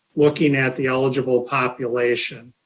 looking at the eligible population.